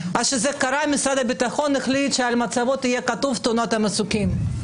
כשזה קרה משרד הביטחון החליט שעל המצבות יהיה כתוב "תאונת המסוקים",